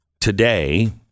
today